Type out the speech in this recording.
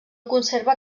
conserva